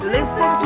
Listen